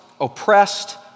oppressed